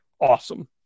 awesome